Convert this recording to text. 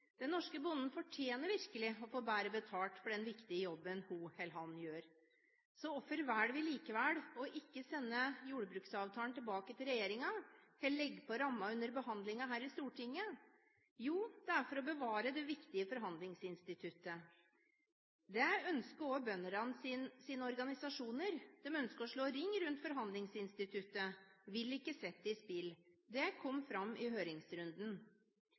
Den norske bonden fortjener virkelig å få bedre betalt for den viktige jobben hun eller han gjør. Så hvorfor velger vi likevel å ikke sende jordbruksavtalen tilbake til regjeringen eller legger på rammen under behandlingen her i Stortinget? Jo, det er for å bevare det viktige forhandlingsinstituttet. Dette ønsker også bøndenes organisasjoner. De ønsker å slå ring om forhandlingsinstituttet og vil ikke sette det på spill. Det kom fram i høringsrunden.